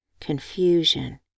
Confusion